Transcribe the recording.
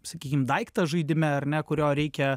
sakykim daiktą žaidime ar ne kurio reikia